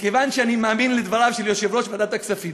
מכיוון שאני מאמין לדבריו של יושב-ראש ועדת הכספים,